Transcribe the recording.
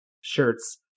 shirts